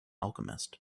alchemist